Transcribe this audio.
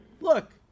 look